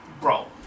bro